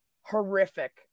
horrific